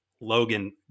Logan